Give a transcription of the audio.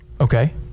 Okay